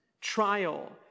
trial